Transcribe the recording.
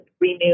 renew